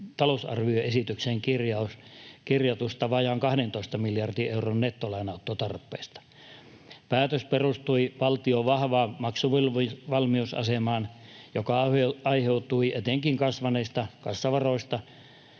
talousarvioesitykseen kirjatusta vajaan 12 miljardin euron nettolainanottotarpeesta. Päätös perustui valtion vahvaan maksuvalmiusasemaan, joka aiheutui etenkin kasvaneista kassavaroista